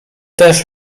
też